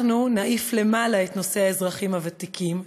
אנחנו נעיף למעלה את נושא האזרחים הוותיקים,